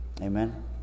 Amen